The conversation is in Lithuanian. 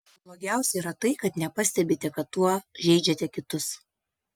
blogiausia yra tai kad nepastebite kad tuo žeidžiate kitus